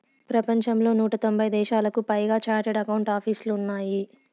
ప్రపంచంలో నూట తొంభై దేశాలకు పైగా చార్టెడ్ అకౌంట్ ఆపీసులు ఉన్నాయి